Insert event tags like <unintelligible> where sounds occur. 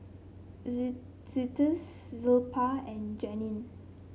<unintelligible> <unintelligible> estes Zilpah and Janine